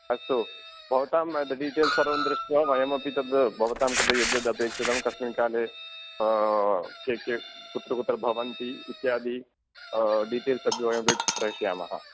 अस्तु भवतां डीटेल्स् सर्वं दृष्ट्वा वयमपि तद् भवतां कृते यद्यदपेक्षितं कस्मिन् काले के के कुत्र कुत्र भवन्ति इत्यादि डिटेल्स् अपि वयमपि प्रेषयामः